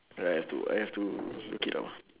I I'll have to I have to look it up